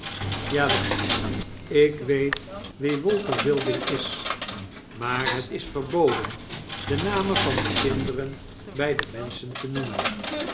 wel ik weet wie walter wilding is maar het is verboden de namen van de kinderen bij de menschen te noemen